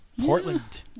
Portland